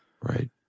right